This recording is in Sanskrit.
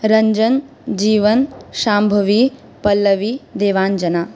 रञ्जनः जीवनः शाम्भवी पल्लवि देवाञ्जना